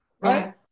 Right